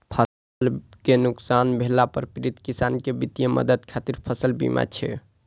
फसल कें नुकसान भेला पर पीड़ित किसान कें वित्तीय मदद खातिर फसल बीमा छै